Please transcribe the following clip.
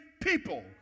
people